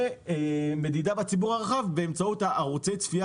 ומדידה בציבור הרחב באמצעות ערוצי הציפייה